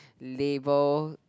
labour